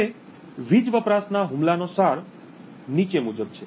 હવે વીજ વપરાશના હુમલાનો સાર નીચે મુજબ છે